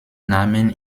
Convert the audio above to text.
namen